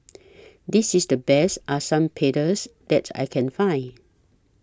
This IS The Best Asam Pedas that I Can Find